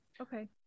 Okay